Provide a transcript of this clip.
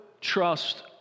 trust